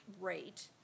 rate